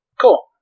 cool